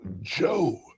Joe